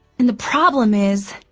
and the problem is,